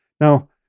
Now